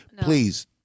Please